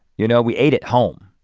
you know, we ate at home,